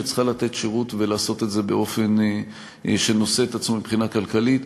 שצריכה לתת שירות ולעשות את זה באופן שנושא את עצמו מבחינה כלכלית.